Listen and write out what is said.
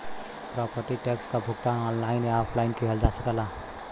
property tax क भुगतान online या ऑफलाइन किहल जा सकला